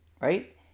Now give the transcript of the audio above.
Right